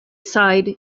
side